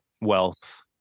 wealth